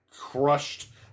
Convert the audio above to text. crushed